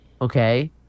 okay